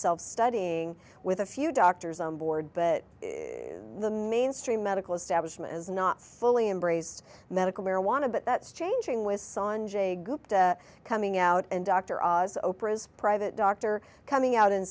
self studying with a few doctors on board but the mainstream medical establishment is not fully embrace medical marijuana but that's changing with son j gupta coming out and dr oz oprah's private doctor coming out and